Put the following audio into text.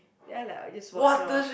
then like I'll just watch lor